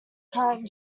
current